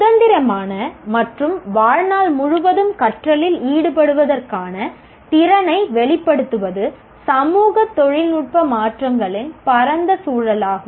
சுதந்திரமான மற்றும் வாழ்நாள் முழுவதும் கற்றலில் ஈடுபடுவதற்கான திறனை வெளிப்படுத்துவது சமூக தொழில்நுட்ப மாற்றங்களின் பரந்த சூழலாகும்